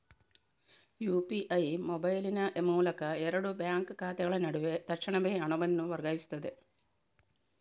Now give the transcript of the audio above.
UPI ಮೊಬೈಲಿನ ಮೂಲಕ ಎರಡು ಬ್ಯಾಂಕ್ ಖಾತೆಗಳ ನಡುವೆ ತಕ್ಷಣವೇ ಹಣವನ್ನು ವರ್ಗಾಯಿಸ್ತದೆ